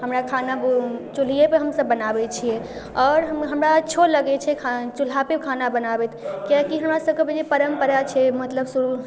हमरा खाना चुल्हिएपर हमसब बनाबै छिए आओर हमरा अच्छो लगे छै खा चुल्हापर खाना बनाबैत कियाकि हमरासबके बुझिऔ परम्परा छै मतलब शुरू